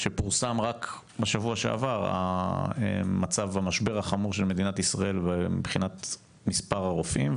שפורסם רק בשבוע שעבר המשבר החמור של מדינת ישראל מבחינת מספר הרופאים,